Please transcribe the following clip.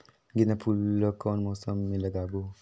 गेंदा फूल ल कौन मौसम मे लगाबो?